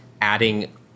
adding